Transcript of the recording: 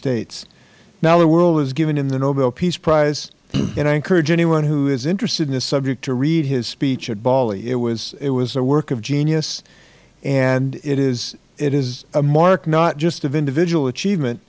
states now the world is giving him the nobel peace prize and i encourage anyone who is interested in this subject to read his speech at bali it was a work of genius and it is a mark not just of individual achievement